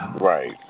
Right